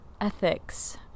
ethics